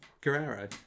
Guerrero